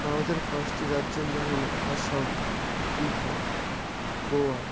ভারতের পাঁচটি রাজ্যের নাম হলো আসাম বিহার গোয়া